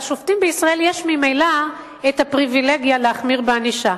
לשופטים בישראל יש ממילא הפריווילגיה להחמיר בענישה.